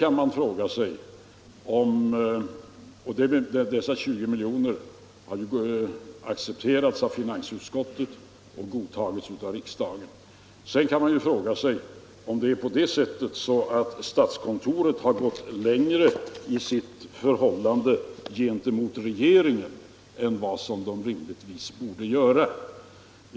Detta bemyndigande har accepterats av finansutskottet och godtagits av riksdagen. Man kan naturligtvis fråga sig om statskontoret har gått längre än det rimligtvis borde göra med tanke på vad regeringen föreskrivit.